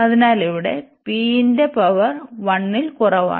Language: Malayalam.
അതിനാൽ ഇവിടെ p ന്റെ പവർ 1 ൽ കുറവാണ്